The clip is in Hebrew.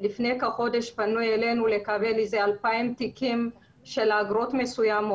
לפני כחודש פנו אלינו לקבל 2,000 תיקים של אגרות מסוימות.